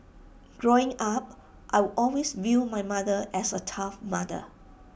growing up I'd always viewed my mother as A tough mother